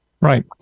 Right